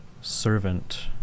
servant